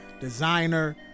designer